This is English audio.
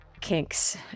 kinks